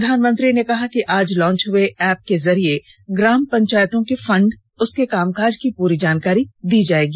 प्रधानमंत्री ने कहा आज लांच हुए एप के जरिए ग्राम पंचायतों के फंड उसके कामकाज की पुरी जानकारी दी जाएगी